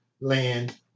land